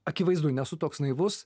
akivaizdu nesu toks naivus